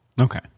Okay